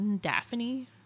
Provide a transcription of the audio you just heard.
Daphne